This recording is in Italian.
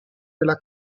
della